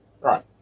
Right